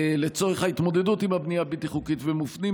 לצורך ההתמודדות עם הבנייה הבלתי-חוקית ומופנים